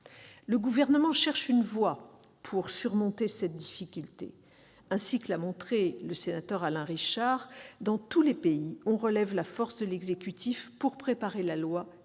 Le Gouvernement cherche une voie pour surmonter la difficulté. Ainsi que l'a montré le sénateur Alain Richard, dans tous les pays, on relève la force de l'exécutif pour préparer la loi,